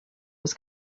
was